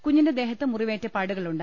കുഞ്ഞിന്റെ ദേഹത്ത് മുറിവേറ്റ പാടുകളുണ്ട്